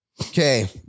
Okay